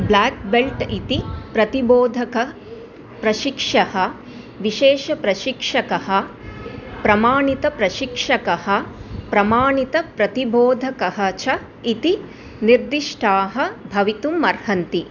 block belt इति प्रतिबोधकप्रशिक्षः विशेषप्रशिक्षकः प्रमाणितप्रशिक्षकः प्रमाणितप्रतिबोधकः च इति निर्दिष्टाः भवितुम् अर्हन्ति